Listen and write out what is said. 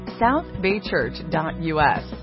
southbaychurch.us